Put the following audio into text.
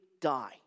die